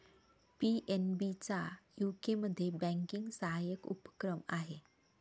PNB चा यूकेमध्ये banking सहाय्यक उपक्रम आहे